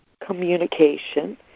communication